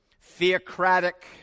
theocratic